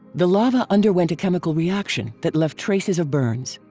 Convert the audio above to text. the lava underwent a chemical reaction that left traces of burns.